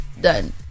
done